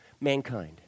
mankind